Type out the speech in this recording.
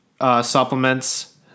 supplements